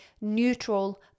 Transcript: neutral